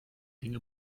dinge